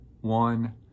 one